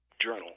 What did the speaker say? journal